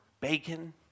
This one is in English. bacon